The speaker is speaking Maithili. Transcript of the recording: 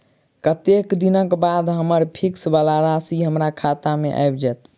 कत्तेक दिनक बाद हम्मर फिक्स वला राशि हमरा खाता मे आबि जैत?